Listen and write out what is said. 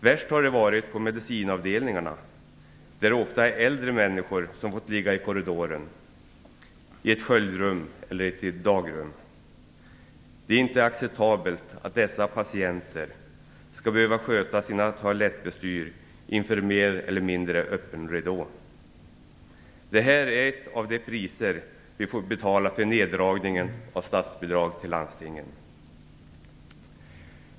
Värst har det varit på medicinavdelningarna, där ofta äldre människor fått ligga i korridoren, i ett sköljrum eller i ett dagrum. Det är inte acceptabelt att dessa patienter skall behöva sköta sina toalettbestyr inför mer eller mindre öppen ridå. Det här är ett av de priser vi får betala för neddragningarna av statsbidrag till landstingen.